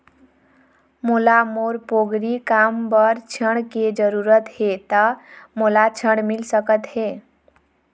मोला मोर पोगरी काम बर ऋण के जरूरत हे ता मोला ऋण मिल सकत हे?